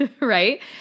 right